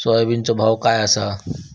सोयाबीनचो भाव काय आसा?